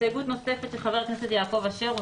הסתייגות נוספת של חבר הכנסת יעקב אשר.